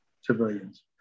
civilians